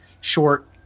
short